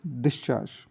discharge